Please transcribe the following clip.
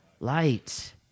Light